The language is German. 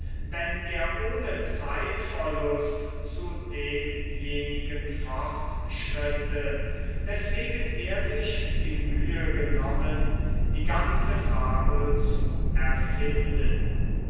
wenn er ohne zeitverlust zu demjenigen fortschritte weswegen er sich die mühe genommen die ganze fabel zu erfinden